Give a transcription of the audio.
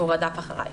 הוא רדף אחרי,